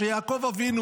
כשיעקב אבינו